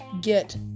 get